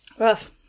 Rough